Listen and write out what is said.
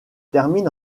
termine